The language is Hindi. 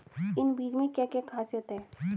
इन बीज में क्या क्या ख़ासियत है?